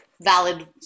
valid